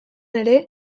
ere